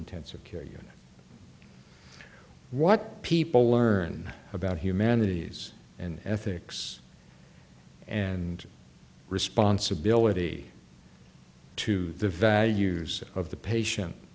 intensive care unit what people learn about humanities and ethics and responsibility to the values of the patient